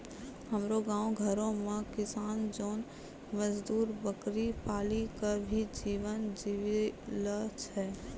हमरो गांव घरो मॅ किसान जोन मजदुर बकरी पाली कॅ भी जीवन जीवी लॅ छय